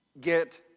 get